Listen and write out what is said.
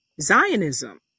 zionism